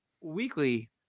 weekly